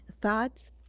thoughts